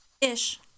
ish